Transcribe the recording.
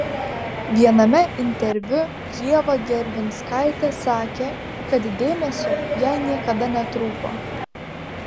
viename interviu ieva gervinskaitė sakė kad dėmesio jai niekada netrūko